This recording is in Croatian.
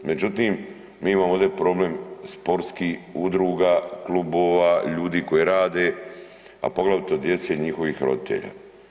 Međutim, mi imamo ovde problem sportskih udruga, klubova, ljudi koji rade, a poglavito djece i njihovih roditelja.